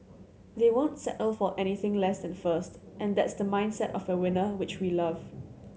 they won't settle for anything less and first and that's the mindset of a winner which we love